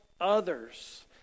Others